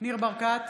ניר ברקת,